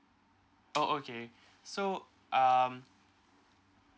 oh okay so um